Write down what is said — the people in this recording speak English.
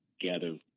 gather